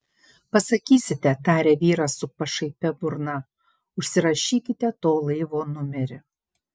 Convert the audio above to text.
pasakysite tarė vyras su pašaipia burna užsirašykite to laivo numerį